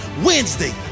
Wednesday